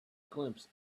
glimpse